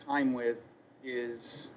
time with is